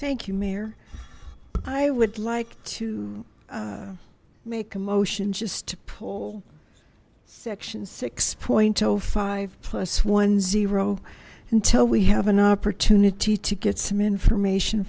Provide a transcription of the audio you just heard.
thank you mayor i would like to make a motion just to pull section six point zero five plus one zero until we have an opportunity to get some information